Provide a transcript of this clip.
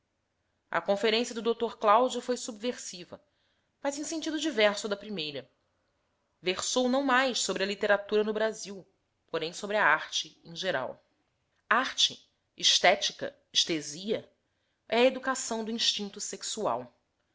a conferência do dr cláudio foi subversiva mas em sentido diverso da primeira versou não mais sobre a literatura no brasil porém sobre a arte em geral arte estética estesia é a educação do instinto sexual